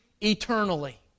eternally